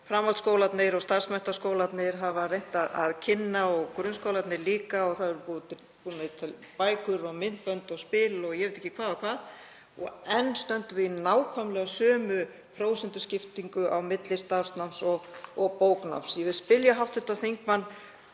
framhaldsskólarnir og starfsmenntaskólarnir hafa reynt að kynna það, og grunnskólarnir líka. Það er búið að búa til bækur og myndbönd og spil og ég veit ekki hvað, og enn stöndum við í nákvæmlega sömu prósentuskiptingu á milli starfsnáms og bóknáms. Ég vil spyrja hv. þingmann